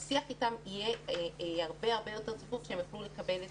האם השיח אתם יהיה הרבה יותר צפוף ושהם יוכלו לקבל את